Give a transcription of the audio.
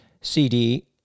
cd